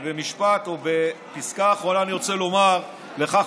במשפט או בפסקה האחרונה אני רוצה לומר לך,